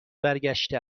برگشته